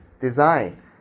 design